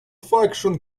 faction